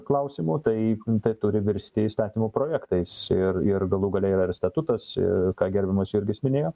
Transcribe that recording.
klausimo tai tai turi virsti įstatymų projektais ir ir galų gale yra ir statutas ir ką gerbiamas jurgis minėjo